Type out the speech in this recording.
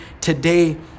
today